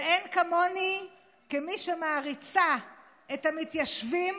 ואין כמוני מי שמעריצה את המתיישבים